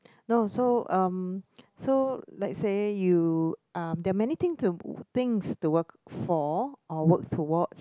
no so um so let's say you uh there are many thing to things to work for or work towards